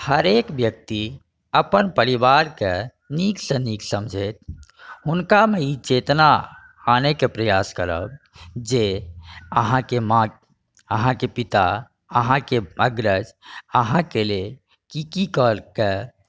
हरेक व्यक्ति अपन परिवारके नीक सँ नीक समझै हुनकामे ई चेतना आनैके प्रयास करब जे अहाँके माँ अहाँके पिता अहाँके अग्रज अहाँके लेल की की कऽ कऽ